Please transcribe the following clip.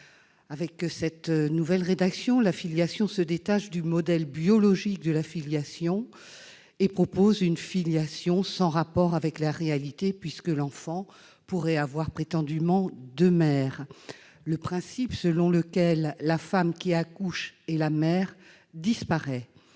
Avec cette nouvelle rédaction, la filiation se détache du modèle biologique et n'a plus aucun rapport avec la réalité, puisque l'enfant pourrait, prétendument, avoir deux mères. Le principe selon lequel la femme qui accouche est la mère disparaît